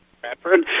Bradford